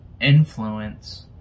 influence